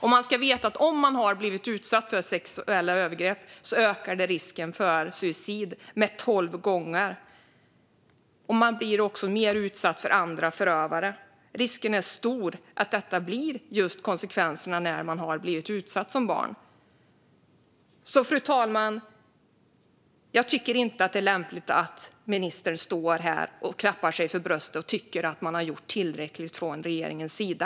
Och vi ska veta att om man har blivit utsatt för sexuella övergrepp ökar det risken för suicid med tolv gånger. Man blir också mer utsatt för andra förövare. Risken är stor att detta blir konsekvenserna när man har blivit utsatt som barn. Fru talman! Jag tycker inte att det är lämpligt att ministern står här och klappar sig för bröstet och tycker att man har gjort tillräckligt från regeringens sida.